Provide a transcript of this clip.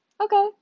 Okay